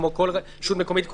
כמו כל רשות מקומית,